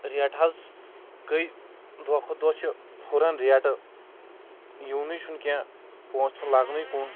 ریٹہٕ حض گے دۄہ کھۄتہ دۄہ چھ ہُران ریٹہٕ یِونٕے چھنہٕ کیٚنٛہہ پونٛس چھن لَگنے کُن